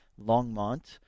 Longmont